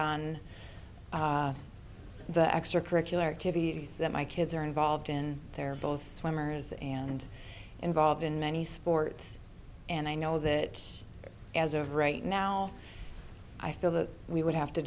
on the extracurricular activities that my kids are involved in they're both swimmers and involved in many sports and i know that as of right now i feel that we would have to